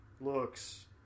looks